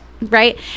right